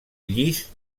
llis